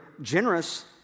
generous